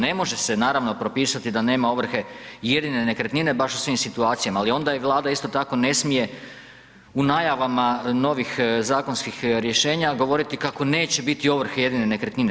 Ne može se naravno propisati da nema ovrhe jedine nekretnine baš u svim situacijama, ali onda je Vlada isto tako ne smije u najavama novih zakonskih rješenja govoriti kako neće biti ovrhe jedine nekretnine.